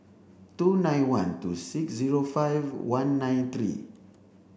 two nine one two six zero five one nine three